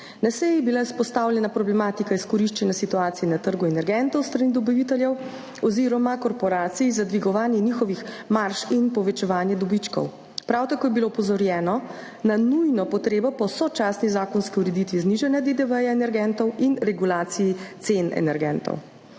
Na seji je bila izpostavljena problematika izkoriščanja situacije na trgu energentov s strani dobaviteljev oziroma korporacij za dvigovanje njihovih marž in povečevanje dobičkov. Prav tako je bilo opozorjeno na nujno potrebo po sočasni zakonski ureditvi znižanja DDV energentov in regulaciji cen energentov.